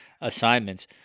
assignments